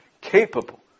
capable